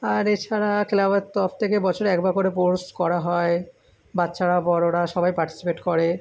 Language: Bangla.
আর এছাড়া ক্লাবের তরফ থেকে বছরে একবার করে স্পোর্টস করা হয় বাচ্চারা বড়রা সবাই পার্টিসিপেট করে